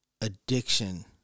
addiction